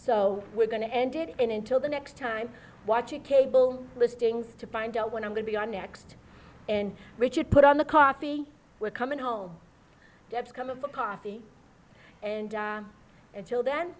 so we're going to end it in until the next time i watch a cable listings to find out when i'm going to be our next and richard put on the coffee we're coming home that's coming for coffee and until then